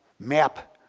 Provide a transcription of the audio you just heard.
map